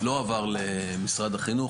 לא עבר למשרד החינוך,